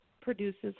produces